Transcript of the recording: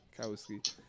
Kowski